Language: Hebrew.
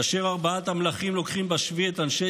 כאשר ארבעת המלכים לוקחים בשבי את אנשי